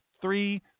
three